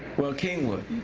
well, kingwood.